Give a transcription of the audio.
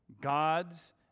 God's